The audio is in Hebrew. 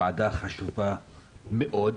ועדה חשובה מאוד.